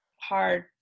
hard